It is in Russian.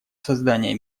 создание